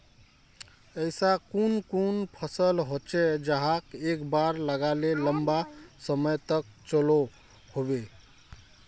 ऐसा कुन कुन फसल होचे जहाक एक बार लगाले लंबा समय तक चलो होबे?